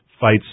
fights